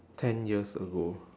ten years ago